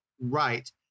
right